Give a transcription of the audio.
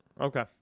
Okay